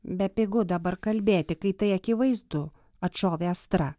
bepigu dabar kalbėti kai tai akivaizdu atšovė astra